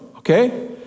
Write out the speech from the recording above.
Okay